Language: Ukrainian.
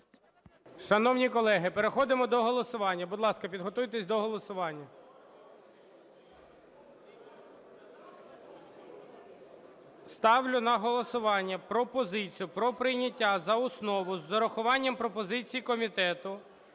ласка, підготуйтеся до голосування. Ставлю на голосування пропозицію про прийняття за основу з урахуванням пропозицій комітету